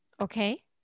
okay